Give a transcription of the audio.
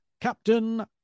Captain